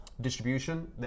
distribution